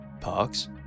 parks